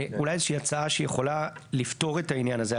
אולי איזה שהיא הצעה שיכולה לפתור את העניין הזה.